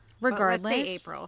Regardless